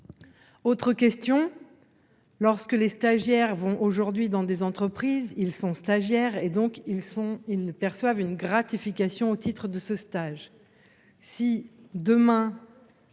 autre question lorsque les stagiaires vont aujourd'hui dans des entreprises, ils sont stagiaires et donc ils sont, ils ne perçoivent une gratification au titre de ce stage